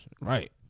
Right